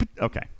Okay